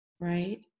right